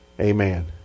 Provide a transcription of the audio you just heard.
Amen